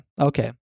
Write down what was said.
okay